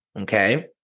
Okay